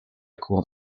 como